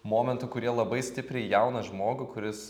momentų kurie labai stipriai jauną žmogų kuris